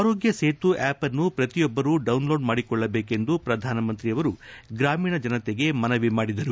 ಆರೋಗ್ಯ ಸೇತು ಆಷ್ನ್ನು ಪ್ರತಿಯೊಬ್ಬರು ಡೌನ್ ಲೋಡ್ಮಾಡಿಕೊಳ್ಳಬೇಕೆಂದು ಪ್ರಧಾನ್ತ ಮಂತ್ರಿ ಗ್ರಾಮೀಣ ಜನತೆಗೆ ಮನವಿ ಮಾಡಿದರು